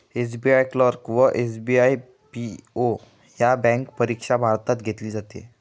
SBI clerk व SBI PO ह्या bank परीक्षा भारतात घेतली जाते